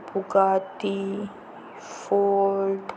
Bugatti ford